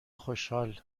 خوشحال